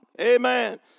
Amen